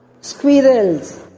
squirrels